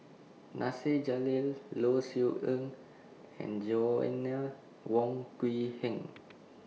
Nasir Jalil Low Siew Nghee and Joanna Wong Quee Heng